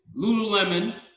Lululemon